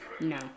No